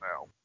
now